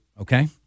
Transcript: okay